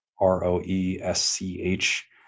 R-O-E-S-C-H